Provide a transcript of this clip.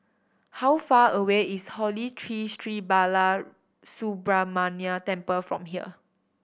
how far away is Holy Tree Sri Balasubramaniar Temple from here